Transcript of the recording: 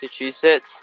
Massachusetts